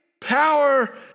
power